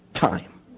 time